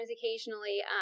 occasionally